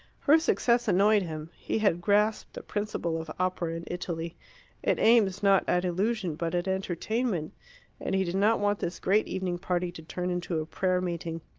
her success annoyed him. he had grasped the principle of opera in italy it aims not at illusion but at entertainment and he did not want this great evening-party to turn into a prayer-meeting.